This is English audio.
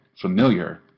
familiar